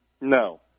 No